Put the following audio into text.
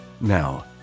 Now